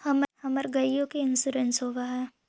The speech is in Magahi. हमर गेयो के इंश्योरेंस होव है?